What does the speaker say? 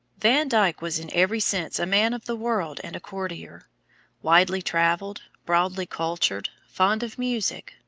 van dyck was in every sense a man of the world and a courtier widely travelled, broadly cultured, fond of music,